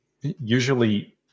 Usually